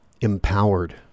empowered